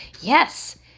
Yes